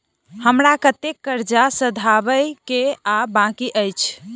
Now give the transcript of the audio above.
हमरा कतेक कर्जा सधाबई केँ आ बाकी अछि?